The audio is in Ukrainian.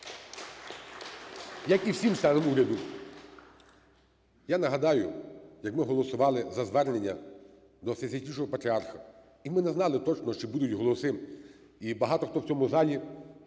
як і всім членам уряду. (Оплески) Я нагадаю, як ми голосували за звернення до Всесвятійшого Патріарха, і ми не знали точно, чи будуть голоси. І багато хто в цьому залі